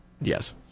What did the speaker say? Yes